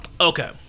okay